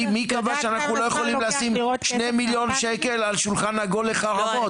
מי קבע שאנחנו לא יכולים לשים שני מיליון שקל על שולחן עגול לחרמות?